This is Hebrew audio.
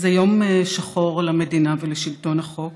זה יום שחור למדינה ולשלטון החוק.